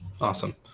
Awesome